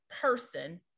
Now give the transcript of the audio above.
person